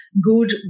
good